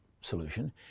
solution